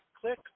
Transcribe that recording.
click